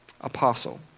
apostle